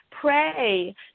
Pray